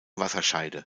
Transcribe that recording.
wasserscheide